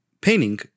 painting